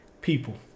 People